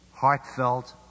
heartfelt